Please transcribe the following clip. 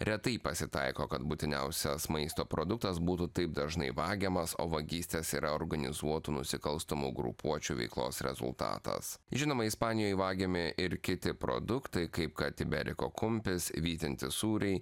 retai pasitaiko kad būtiniausias maisto produktas būtų taip dažnai vagiamas o vagystės yra organizuotų nusikalstamų grupuočių veiklos rezultatas žinoma ispanijoje vagiami ir kiti produktai kaip katimeriko kumpis vytinti sūriai